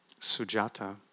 Sujata